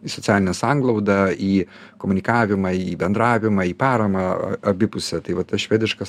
į socialinę sanglaudą į komunikavimą į bendravimą į paramą abipusę tai vat tas švediškas